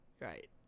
Right